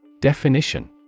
Definition